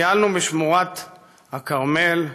טיילנו בשמורת הכרמל.